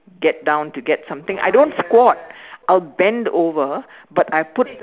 get down to get something I don't squat I'll bend over but I put